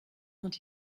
quand